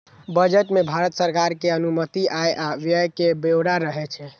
budget मे भारत सरकार के अनुमानित आय आ व्यय के ब्यौरा रहै छै